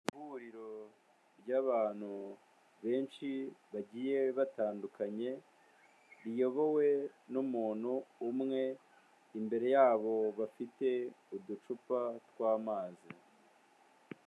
Ihuriro ry'abantu benshi bagiye batandukanye riyobowe n'umuntu umwe, imbere yabo bafite uducupa tw'amazi.